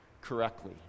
correctly